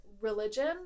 religion